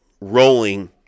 rolling